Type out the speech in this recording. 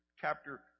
chapter